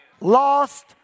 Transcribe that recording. lost